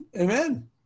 Amen